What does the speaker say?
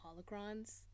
holocrons